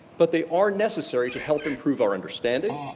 but they are necessary to help improve our understanding.